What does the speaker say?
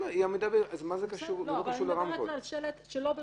אני מדברת על שלט שלא ברישיון.